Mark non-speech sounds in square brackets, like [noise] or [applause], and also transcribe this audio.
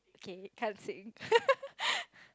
K can't sing [laughs]